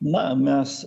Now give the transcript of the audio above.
na mes